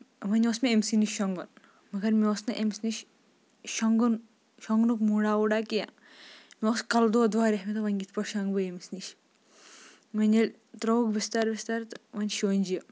وۄنۍ اوس مےٚ أمۍ سی نِش شۄنگُن مَگر مےٚ اوس نہٕ أمِس نِش شۄنگُن شۄنگنُک موٗڈا ووٗڈا کیٚنٛہہ مےٚ اوس کَلہٕ واریاہ مَگر مےٚ دوٚپ وۄنۍ کِتھ پٲٹھۍ شونگہٕ بہٕ ییٚمِس نِش وۄنۍ ییٚلہِ تراوُکھ بِستر وِستر تہٕ وۄنۍ شۄنج یہِ